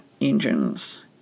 engine's